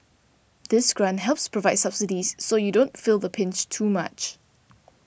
this grant helps provide subsidies so you don't feel the pinch too much